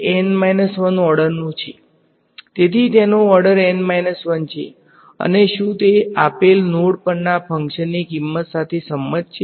તેથી તેનો order N 1 છે અને શું તે આપેલ નોડ પરના ફંક્શનની કિંમત સાથે સંમત છે